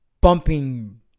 bumping